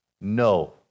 No